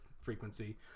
frequency